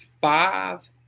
five